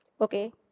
okay